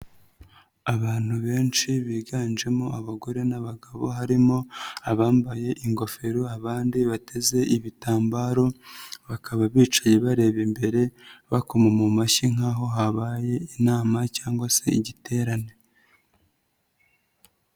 Abantu benshi biganjemo abagore n'abagabo harimo abambaye ingofero abandi bateze ibitambaro, bakaba bicaye bareba imbere bakoma mu mashyi nk'aho habaye inama cyangwa se igiterane.